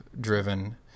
driven